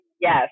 Yes